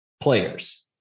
players